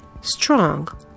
strong